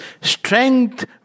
strength